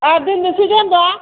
आ दोननोसै दे होनबा